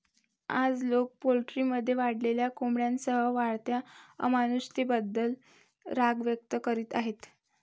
आज, लोक पोल्ट्रीमध्ये वाढलेल्या कोंबड्यांसह वाढत्या अमानुषतेबद्दल राग व्यक्त करीत आहेत